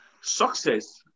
success